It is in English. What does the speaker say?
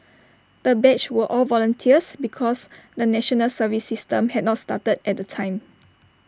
the batch were all volunteers because the National Service system had not started at the time